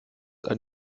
ein